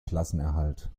klassenerhalt